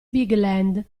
bigland